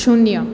શૂન્ય